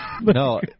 No